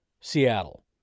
Seattle